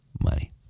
money